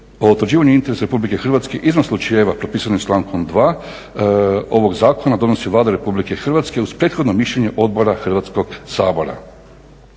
utvrđivanju interesa Republike Hrvatske izvan slučajeva propisanim člankom 2. ovog zakona donosi Vlada Republike Hrvatske uz prethodno mišljenje odbora Hrvatskog sabora.